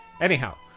Anyhow